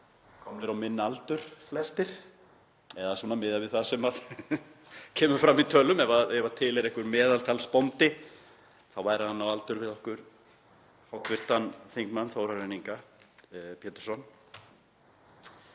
komnir á minn aldur flestir svona miðað við það sem kemur fram í tölum. Ef til er einhver meðaltalsbóndi þá væri hann á aldur við okkur hv. þm. Þórarin Inga Pétursson.